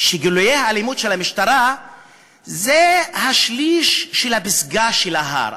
שגילויי האלימות של המשטרה הם השליש של המרחק לפסגה של ההר.